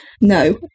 no